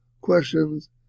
questions